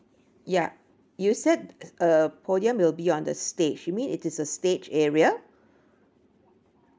ya you said uh podium will be on the stage you mean it is a stage area